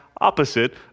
opposite